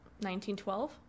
1912